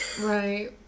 Right